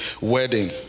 wedding